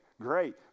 Great